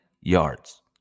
yards